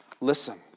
listen